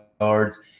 yards